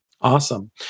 Awesome